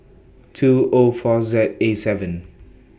two O four Z A seven